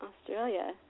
Australia